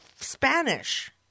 Spanish